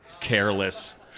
careless